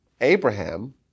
Abraham